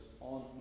on